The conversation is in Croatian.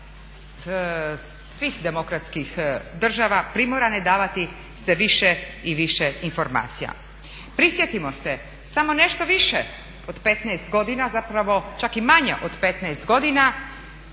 svih demokratskih država primorane davati sve više i više informacija. Prisjetimo se, samo nešto više od 15 godina zapravo čak i manje od 15 godina